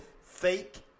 Fake